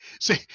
see